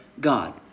God